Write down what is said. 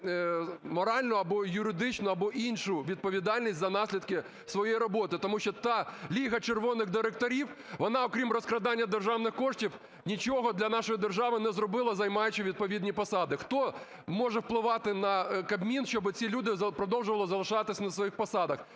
моральну або юридичну, або іншу відповідальність за наслідки своєї роботи? Тому що та "ліга червоних директорів", вона, окрім розкрадання державних коштів, нічого для нашої держави не зробила, займаючи відповідні посади. Хто може впливати на Кабмін, щоби ці люди продовжували залишатися на своїх посадах?